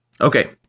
Okay